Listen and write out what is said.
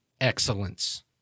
excellence